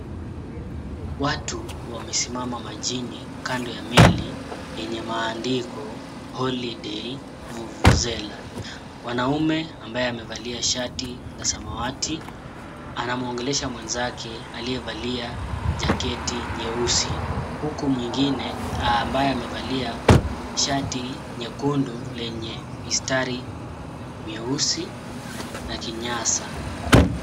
Watu wamesimama majini kando ya meli yenye maandiko, Holiday Vuvuzela. Mwanaume ambaye amevalia shati la samawati, anamwongelesha mwenzake aliyevalia jaketi nyeusi huku mwingine ambaye amevalia shati nyekundu lenye mistari myeusi na kinyasa.